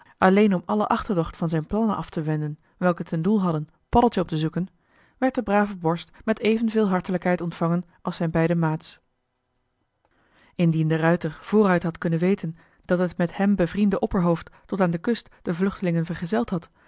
alleen om alle achterdocht van zijn plannen af te wenden welke ten doel hadden paddeltje op te zoeken werd de brave borst met even veel hartelijkheid ontvangen als zijn beide maats indien de ruijter vooruit had kunnen weten dat het met hem bevriende opperhoofd tot aan de kust de vluchtelingen vergezeld had